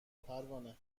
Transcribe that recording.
پروانه